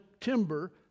timber